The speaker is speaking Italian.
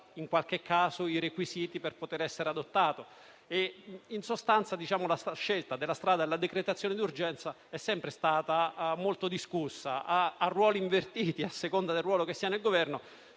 i critici, i requisiti per adottarlo. In sostanza, la scelta della strada della decretazione d'urgenza è sempre stata molto discussa, a ruoli invertiti, a seconda del ruolo che si ha nel Governo.